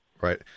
right